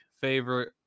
favorite